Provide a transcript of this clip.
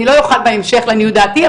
אני לא אוכל בהמשך לעניות דעתי,